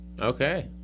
Okay